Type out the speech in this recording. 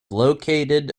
located